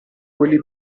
quelli